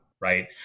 right